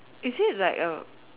is it like a